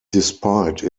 despite